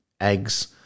eggs